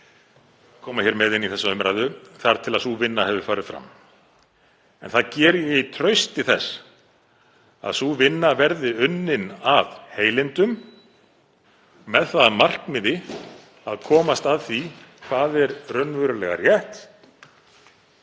koma með í þessa umræðu þar til að sú vinna hefur farið fram. Það geri ég í trausti þess að sú vinna verði unnin af heilindum með það að markmiði að komast að því hvað er raunverulega rétt,